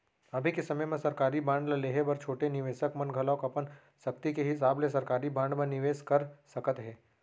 अभी के समे म सरकारी बांड ल लेहे बर छोटे निवेसक मन घलौ अपन सक्ति के हिसाब ले सरकारी बांड म निवेस कर सकत हें